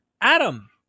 Adam